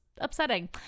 upsetting